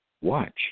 Watch